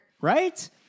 Right